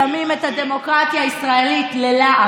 שמים את הדמוקרטיה הישראלית ללעג.